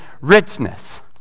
richness